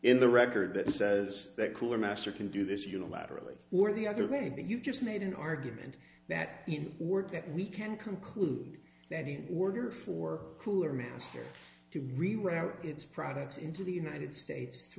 in the record that says that cooler master can do this unilaterally or the other way that you've just made an argument that in order that we can conclude that in order for cooler means to reroute its products into the united states t